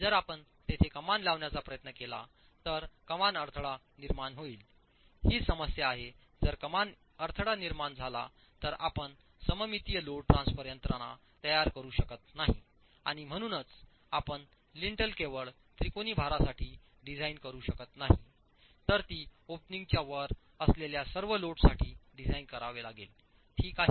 जर आपण तेथे कमान लावण्याचा प्रयत्न केला तर कमान अडथळा निर्माण होईल हीच समस्या आहे जर कमान अडथळा निर्माण झाला तर आपण सममितीय लोड ट्रान्सफर यंत्रणा तयार करू शकत नाही आणि म्हणूनच आपण लिंटल केवळ त्रिकोणी भारांसाठी डिझाइन करू शकत नाही तर ती ओपनिंग च्या वर असलेल्या सर्व लोड साठी डिझाईन करावे लागेल ठीक आहे